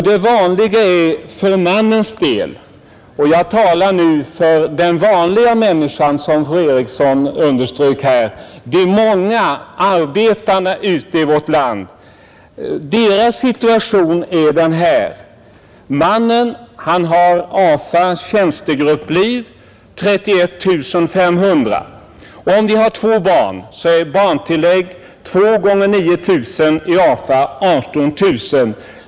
Situationen är — och jag talar nu för den vanliga människan, som fru Eriksson i Stockholm varit inne på — följande. Mannen har AFA tjänstegruppliv på 31 500. Om makarna har två barn är barntillägget 2 x 9 000 i AFA, alltså 18 000.